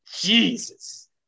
Jesus